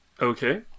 Okay